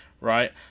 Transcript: right